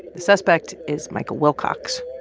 the suspect is michael wilcox.